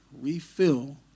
refill